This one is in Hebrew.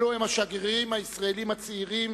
אלו הם השגרירים הישראלים הצעירים